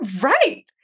right